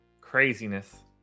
Craziness